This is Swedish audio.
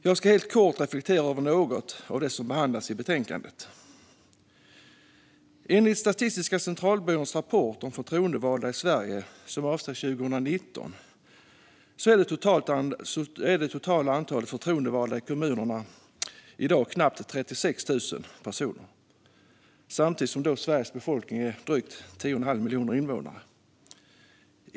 Jag ska helt kort reflektera över något av det som behandlas i betänkandet. Enligt Statistiska centralbyråns rapport om förtroendevalda i Sverige, som avser 2019, är det totala antalet förtroendevalda i kommunerna i dag knappt 36 000 personer samtidigt som Sveriges befolkning är drygt 10 1⁄2 miljon invånare.